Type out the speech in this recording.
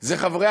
זה חברי